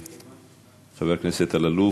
חבר הכנסת אלאלוף,